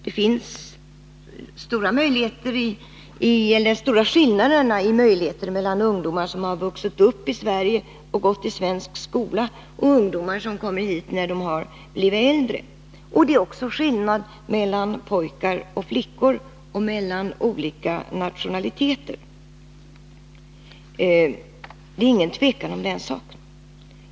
Det finns stora skillnader i möjligheterna mellan ungdomar som vuxit upp i Sverige och gått i svensk skola och ungdomar som kommit hit när de blivit äldre. Det finns också stora skillnader mellan pojkar och flickor och mellan olika nationaliteter. Det råder inget tvivel om den saken.